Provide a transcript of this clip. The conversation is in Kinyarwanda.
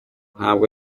ntabwo